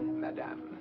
madame.